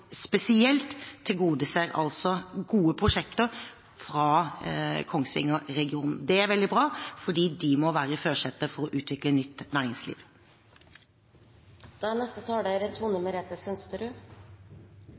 spesielt tilgodeser gode prosjekter fra Kongsvinger-regionen. Det er veldig bra, for de må være i førersetet for å utvikle nytt